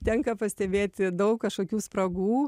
tenka pastebėti daug kažkokių spragų